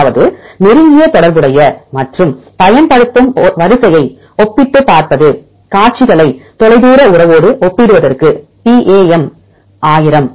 அதாவது நெருங்கிய தொடர்புடைய மற்றும் பயன்படுத்தும் வரிசையை ஒப்பிட்டுப் பார்ப்பது வரிசைகளை தொலைதூர உறவோடு ஒப்பிடுவதற்கு பிஏஎம் 1000